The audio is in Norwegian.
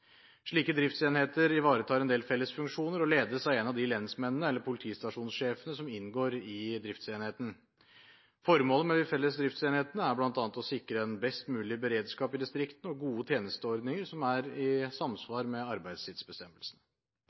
Slike driftsenheter ivaretar en del fellesfunksjoner og ledes av en av de lensmennene eller politistasjonssjefene som inngår i driftsenheten. Formålet med de felles driftsenhetene er bl.a. å sikre en best mulig beredskap i distriktene og gode tjenesteordninger som er i samsvar med arbeidstidsbestemmelsene.